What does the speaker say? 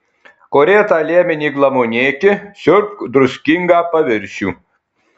korėtą liemenį glamonėki siurbk druskingą paviršių